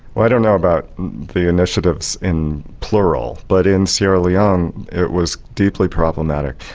i don't know about the initiatives in plural, but in sierra leone it was deeply problematic.